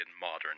modern